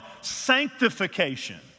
sanctification